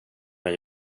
mig